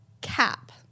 Cap